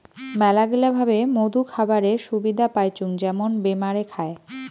মেলাগিলা ভাবে মধু খাবারের সুবিধা পাইচুঙ যেমন বেমারে খায়